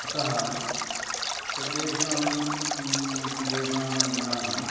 अतः सर्वेषां प्रदेशानां जनानां